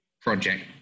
project